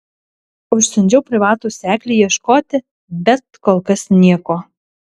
užsiundžiau privatų seklį ieškoti bet kol kas nieko